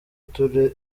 turi